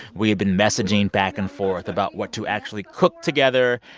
we had been messaging back and forth about what to actually cook together.